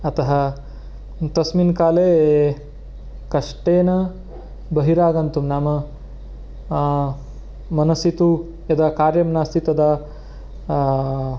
अतः तस्मिन् काले कष्टेन बहिरागन्तुं नाम मनसि तु यदा कार्यं नासीत् तदा